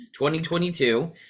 2022